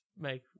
make